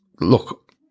Look